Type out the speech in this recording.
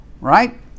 right